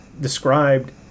described